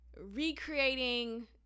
recreating